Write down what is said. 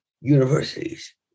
universities